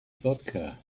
vodka